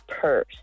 purse